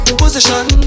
position